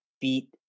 beat